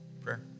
prayer